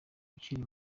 ukiri